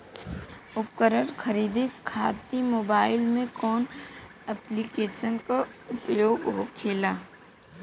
उपकरण खरीदे खाते मोबाइल में कौन ऐप्लिकेशन का उपयोग होखेला?